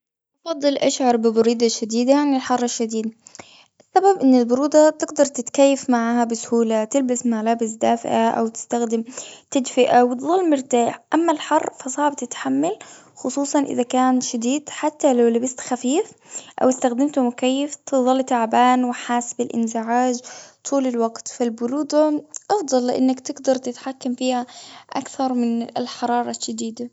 أفضل أشعر ببرودة شديدة عن الحر الشديد. السبب إن البرودة تقدر تتكيف معها بسهولة، تلبس ملابس دافئة، أو تستخدم تدفئة، وتظل مرتاح. أما الحر فصعب تتحمل، خصوصاً إذا كان شديد. حتى لو لبست خفيف أو استخدمت مكيف، تظل تعبان وحاسس بالإنزعاج طول الوقت. في البرودة أفضل، لأنك تقدر تتحكم فيها، أكثر من الحرارة الشديدة.